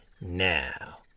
Now